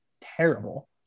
terrible